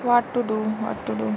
what to do what to do